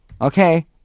Okay